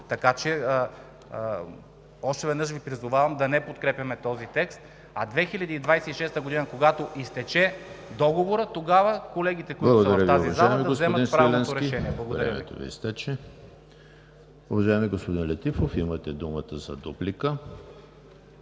така че още веднъж Ви призовавам да не подкрепяме този текст, а 2026 г., когато изтече договорът, тогава колегите, които ще са в тази залата, да вземат правилното решение. Благодаря.